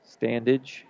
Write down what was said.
Standage